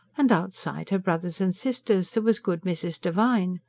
and outside her brothers and sisters there was good mrs. devine.